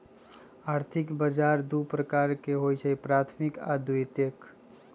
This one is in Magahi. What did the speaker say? आर्थिक बजार दू प्रकार के होइ छइ प्राथमिक आऽ द्वितीयक